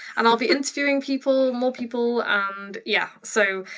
and i'll be interviewing people, more people. and yeah, so,